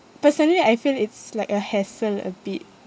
personally I feel it's like a hassle a bit